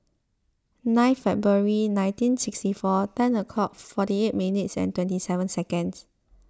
nine February nineteen sixty four ten forty eight minutes and twenty seven seconds